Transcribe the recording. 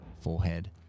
forehead